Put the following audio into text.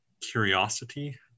curiosity